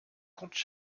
comptes